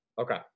okay